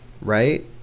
right